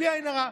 בלי עין הרע,